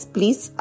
Please